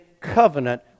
covenant